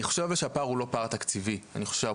אני חושב שהפער הוא לא פער תקציבי נחשב,